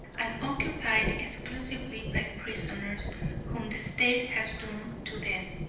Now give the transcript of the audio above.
and occupied exclusively by prisoners whom the state has doomed to death.